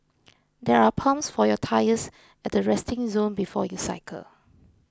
there are pumps for your tyres at the resting zone before you cycle